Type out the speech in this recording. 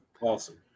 awesome